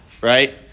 right